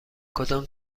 کدام